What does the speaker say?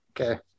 Okay